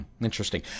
Interesting